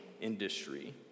industry